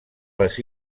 les